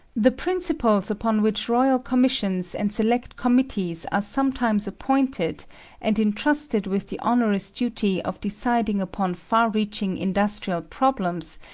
the principles upon which royal commissions and select committees are sometimes appointed and entrusted with the onerous duty of deciding upon far-reaching industrial problems,